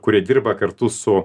kurie dirba kartu su